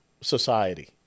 society